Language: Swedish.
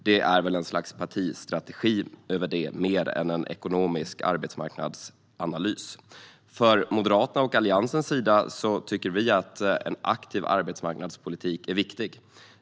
Det är väl ett slags partistrategi mer än en ekonomisk arbetsmarknadsanalys. Från Moderaternas och Alliansens sida tycker vi att en aktiv arbetsmarknadspolitik är viktig.